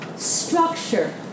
Structure